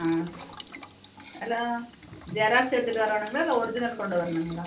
ஆ அதெல்லாம் ஜெராக்ஸ் எடுத்துகிட்டு வரோணுங்களா இல்லை ஒர்ஜினல் கொண்டு வரணுங்களா